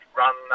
run